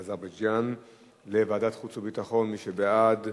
באזרבייג'ן לוועדת חוץ וביטחון, מי שבעד,